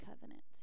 covenant